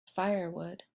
firewood